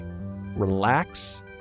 Relax